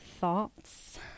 thoughts